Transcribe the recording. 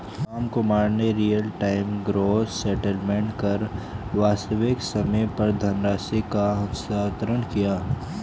रामकुमार ने real time gross settlement कर वास्तविक समय पर धनराशि का हस्तांतरण किया